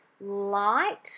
light